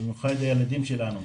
במיוחד הילדים שלנו.